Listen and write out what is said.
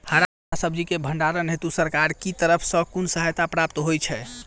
हरा सब्जी केँ भण्डारण हेतु सरकार की तरफ सँ कुन सहायता प्राप्त होइ छै?